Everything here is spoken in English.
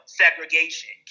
segregation